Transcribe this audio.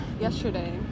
yesterday